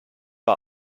war